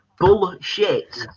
bullshit